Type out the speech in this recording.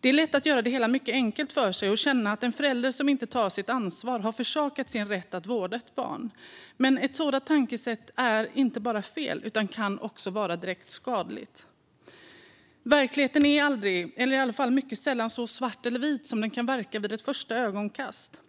Det är lätt att göra det hela mycket enkelt för sig och känna att en förälder som inte tar sitt ansvar har försakat sin rätt att vårda ett barn. Men ett sådant tankesätt är inte bara fel utan kan också vara direkt skadligt. Verkligheten är aldrig, eller i alla fall mycket sällan, så svart eller vit som den kan verka vid ett första ögonkast.